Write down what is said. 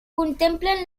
contemplen